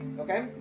okay